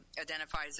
identifies